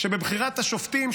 שבבחירת השופטים,